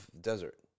desert